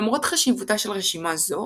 למרות חשיבותה של רשימה זו,